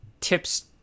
tips